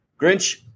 Grinch